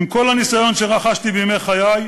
עם כל הניסיון שרכשתי בימי חיי,